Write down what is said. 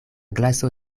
glaso